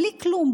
בלי כלום,